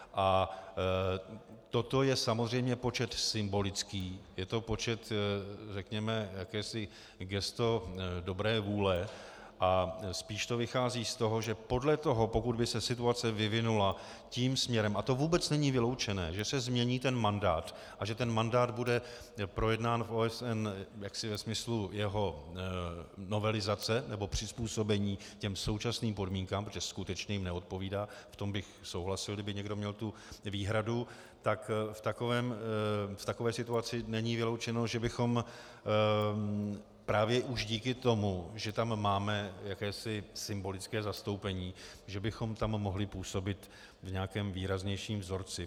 A toto je samozřejmě počet symbolický, je to počet, řekněme jakési gesto dobré vůle a spíš to vychází z toho, že podle toho, pokud by se situace vyvinula tím směrem, a to vůbec není vyloučené, že se změní ten mandát a že ten mandát bude projednán v OSN jaksi ve smyslu jeho novelizace nebo přizpůsobení těm současným podmínkám, protože skutečně jim neodpovídá, v tom bych souhlasil, kdyby někdo měl tu výhradu, tak v takové situaci není vyloučeno, že bychom právě už díky tomu, že tam máme jakési symbolické zastoupení, že bychom tam mohli působit v nějakém výraznějším vzorci.